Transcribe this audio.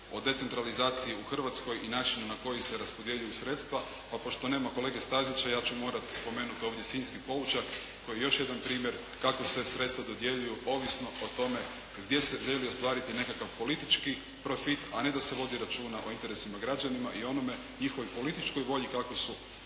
o decentralizaciji u Hrvatskoj i načinom na koji se raspodjeljuju sredstva, pa pošto nema kolege Stazića, ja ću morat spomenuti ovdje sinjski poučak koji je još jedan primjer kako se sredstva dodjeljuju ovisno o tome gdje se želi ostvariti nekakav politički profit, a ne da se vodi računa o interesima građanima i onome njihovoj političkoj volji kako su